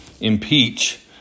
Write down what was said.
impeach